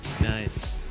Nice